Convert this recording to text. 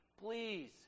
please